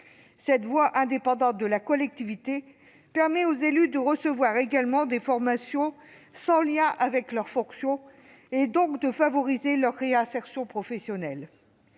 Cette voie indépendante de la collectivité permet aux élus de recevoir également des formations sans lien avec leur fonction, donc de favoriser leur réinsertion professionnelle.